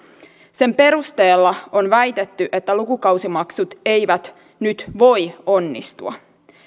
sen perusteella on väitetty että lukukausimaksut eivät nyt voi onnistua